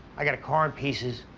i got a car in pieces.